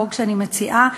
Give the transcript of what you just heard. החוק שאני מציעה,